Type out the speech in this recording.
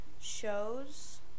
shows